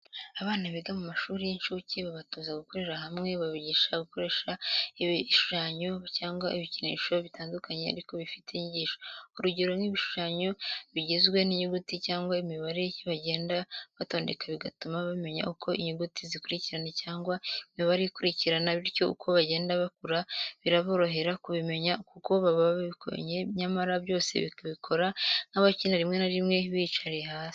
Abana biga mu mashuli y'incucye babatoza gukorera hamwe, babigisha bakoresheje ibishushanyo cyangwa ibikinisho bitandukanye ariko bifite inyigisho. urugero nk'ibikinisho bigizwe n'inyuguti cyangwa imibare bagenda batondeka bigatuma bamenya uko inyuguti zikurikirana cyangwa imibare ikurikirana bityo uko bagenda bakura biraborohera kubimenya kuko baba barabibonye nyamara byose babikora nk'abakina rimwe narimwe biyicariye hasi.